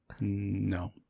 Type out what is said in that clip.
No